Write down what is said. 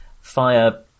fire